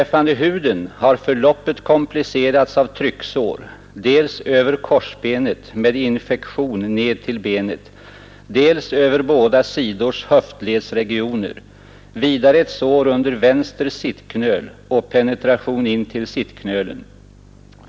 huden har förloppet komplicerats av trycksår, dels över korsbenet med infektion ned till benet, dels över båda sidors 55 höftledsregioner ——— vidare ett sår under vänster sittknöl med penetration in till sittknölen.